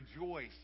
rejoice